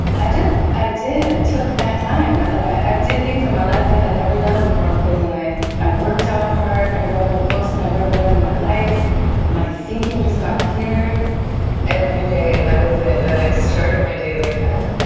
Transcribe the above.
i just, i did, i took that time but like i did things in my life i had never done before in prison. i i worked out hard. i read more books and than i've ever read in my life my thinking just got clearer every day. that was it that i started my day like that.